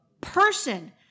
person